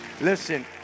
listen